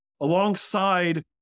alongside